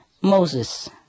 Moses